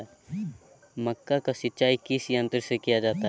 मक्का की सिंचाई किस यंत्र से किया जाता है?